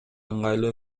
ыңгайлуу